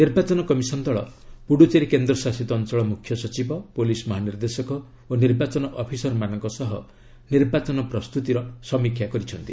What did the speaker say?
ନିର୍ବାଚନ କମିଶନ୍ ଦଳ' ପୁଡ଼ୁଚେରୀ କେନ୍ଦଶାସିତ ଅଞ୍ଚଳ ମ୍ରଖ୍ୟ ସଚିବ ପୋଲିସ୍ ମହାନିର୍ଦ୍ଦେଶକ ଓ ନିର୍ବାଚନ ଅଫିସରମାନଙ୍କ ସହ ନିର୍ବାଚନ ପ୍ରସ୍ତତିର ସମୀକ୍ଷା କରିଛନ୍ତି